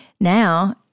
now